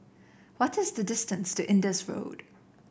what is the distance to Indus Road